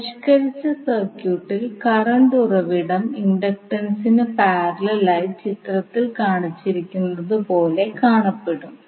പരിഷ്ക്കരിച്ച സർക്യൂട്ടിൽ കറണ്ട് ഉറവിടം ഇൻഡക്റ്റൻസിന് പാരലൽ ആയി ചിത്രത്തിൽ കാണിച്ചിരിക്കുന്നതു പോലെ കാണപ്പെടും